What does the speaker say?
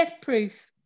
Proof